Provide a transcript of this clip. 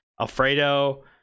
alfredo